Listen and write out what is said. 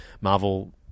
Marvel